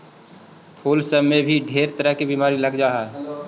फूल सब में भी ढेर तरह के बीमारी लग जा हई